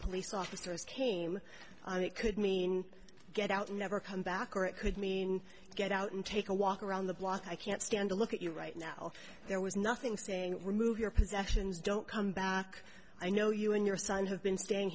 police officers came and it could mean get out and never come back or it could mean get out and take a walk around the block i can't stand to look at you right now there was nothing saying remove your possessions don't come back i know you and your son have been staying